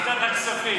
ועדת הכספים.